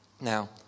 Now